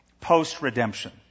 post-redemption